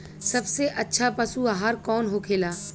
सबसे अच्छा पशु आहार कौन होखेला?